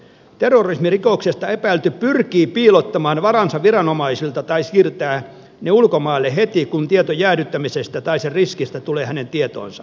terrorismirikoksesta epäilty pyrkii piilottamaan varansa viranomaisilta tai siirtää ne ulkomaille heti kun tieto jäädyttämisestä tai sen riskistä tulee hänen tietoonsa